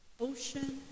ocean